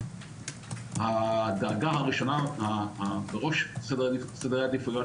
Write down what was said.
--- הדאגה בראשונה בראש סדר העדיפויות